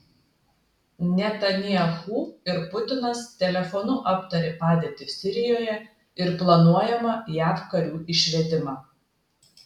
netanyahu ir putinas telefonu aptarė padėtį sirijoje ir planuojamą jav karių išvedimą